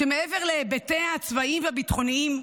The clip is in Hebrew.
שמעבר להיבטיה הצבאיים והביטחוניים,